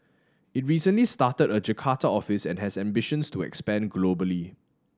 it recently started a Jakarta office and has ambitions to expand globally